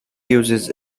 uses